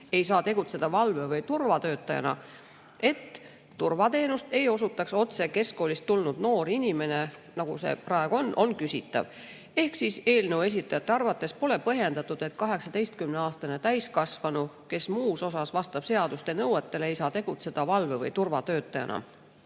ei saa tegutseda valve- või turvatöötajana, et „turvateenust eiosutaks otse keskkoolist tulnud noor inimene“, on küsitav. Ehk siis eelnõu esitajate arvates pole põhjendatud, et 18-aastane täiskasvanu, kes muus osas vastab seaduste nõuetele, ei saa tegutseda valve- või turvatöötajana. Asekantsler